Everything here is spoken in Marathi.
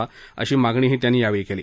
अशी मागणीही त्यांनी योवळी केली